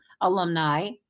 alumni